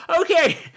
Okay